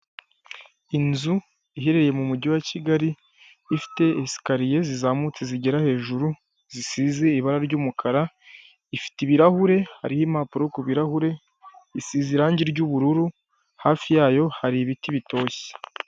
Hari igitanda kiri mu nzu ikodeshwa amadolari magana atanu mirongo itanu buri kwezi ikaba iherereye Kabeza.